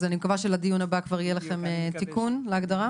אני מקווה שלדיון הבא כבר יהיה לכם תיקון להגדרה?